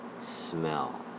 smell